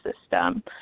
system